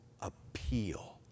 appeal